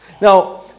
Now